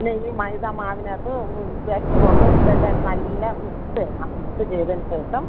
പിന്നെ ഈ മൈദ മാവിനകത്ത് ബേക്കിങ്ങ് പൗഡർ ഇതെല്ലാം ഇട്ട് നല്ല മിക്സ് ചെയ്യണം മിക്സ് ചെയ്തതിന് ശേഷം